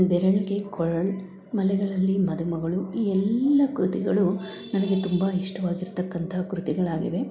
ಬೆರಳ್ಗೆ ಕೊರಳ್ ಮಲೆಗಳಲ್ಲಿ ಮದುಮಗಳು ಈ ಎಲ್ಲ ಕೃತಿಗಳು ನನಗೆ ತುಂಬ ಇಷ್ಟವಾಗಿರತಕ್ಕಂತ ಕೃತಿಗಳಾಗಿವೆ